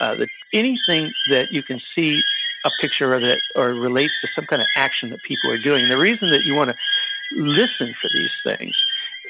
ah anything that you can see a picture of it, or relates to some kind of action that people are doing the reason that you want to listen for these things,